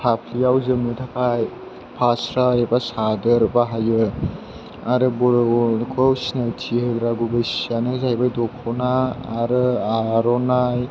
फाफ्लियाव जोमनो थाखाय फास्रा एबा सादोर बाहायो आरो बर'खौ सिनायथि होग्रा गुबै सियानो जाबाय दख'ना आरो आर'नाइ